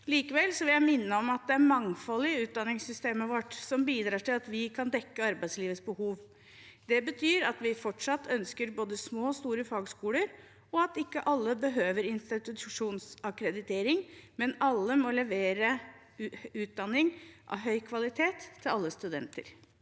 Likevel vil jeg minne om at det er mangfoldet i utdanningssystemet vårt som bidrar til at vi kan dekke arbeidslivets behov. Det betyr at vi fortsatt ønsker både små og store fagskoler. Ikke alle behøver institusjonsakkreditering, men alle må levere utdanning av høy kvalitet til alle studenter.